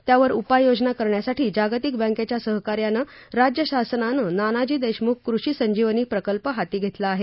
यावर उपाययोजना करण्यासाठी जागतिक बँकेच्या सहकार्यान राज्य शासनान नानाजी देशमुख कृषि संजीवनी प्रकल्प हाती घेतला आहे